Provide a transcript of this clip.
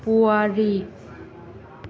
ꯄꯨꯋꯥꯔꯤ